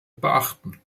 beachten